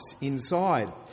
inside